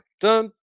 Dun